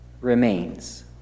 remains